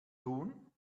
tun